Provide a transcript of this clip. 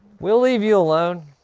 we'll leave you alone.